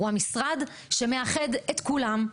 הוא המשרד שמאחד את כולם,